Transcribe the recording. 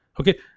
okay